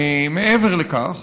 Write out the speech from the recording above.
מעבר לכך,